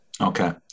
Okay